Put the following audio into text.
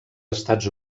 estats